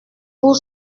pour